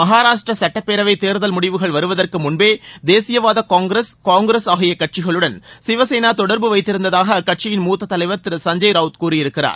மகாராஷ்டிரா சட்டப்பேரவை தேர்தல் முடிவுகள் வருவதற்கு முன்பே தேசியவாத காங்கிரஸ் காங்கிரஸ் ஆகிய கட்சிகளுடன் சிவசேனா தொடா்பு வைத்திருந்ததாக அக்கட்சியின் மூத்தத் தலைவா் திரு சஞ்சய் ரவுத் கூறியிருக்கிறார்